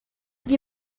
wir